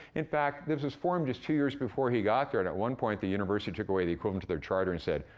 in fact, this was formed just two years before he got there, and, at one point, the university took away the equivalent of their charter, and said,